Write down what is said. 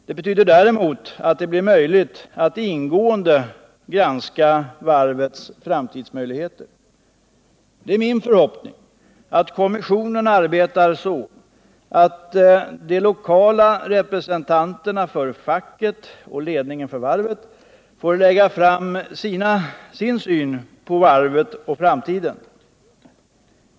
Det betyder däremot att det blir möjligt att ingående granska varvets framtidsmöjligheter. Det är min förhoppning att kommissionen arbetar så, att de lokala representanterna för facket och ledningen för varvet får lägga fram sin syn på varvets framtid.